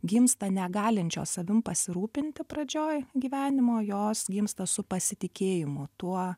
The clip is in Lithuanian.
gimsta negalinčios savim pasirūpinti pradžioj gyvenimo jos gimsta su pasitikėjimu tuo